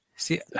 See